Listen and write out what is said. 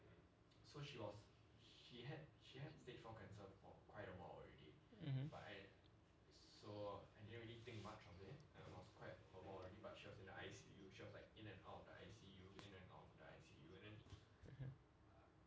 mmhmm